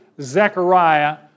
Zechariah